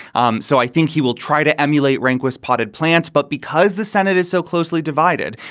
um so i think he will try to emulate rehnquist potted plants. but because the senate is so closely divided,